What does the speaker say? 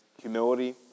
humility